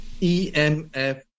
EMF